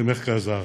למרכז הארץ.